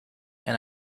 and